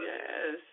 Yes